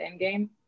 Endgame